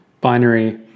binary